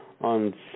on